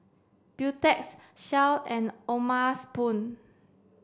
Beautex Shell and O'ma spoon